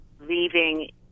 leaving